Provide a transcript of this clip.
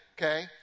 okay